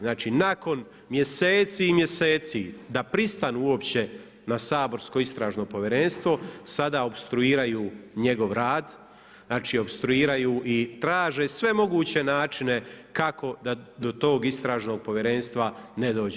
Znači nakon mjeseci i mjeseci da pristanu uopće na saborsko istražno povjerenstvo sada opstruiraju njegov rad, znači opstruiraju i traže sve moguće načine kako da tog istražnog povjerenstva ne dođe.